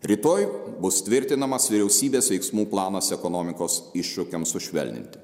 rytoj bus tvirtinamas vyriausybės veiksmų planas ekonomikos iššūkiams sušvelninti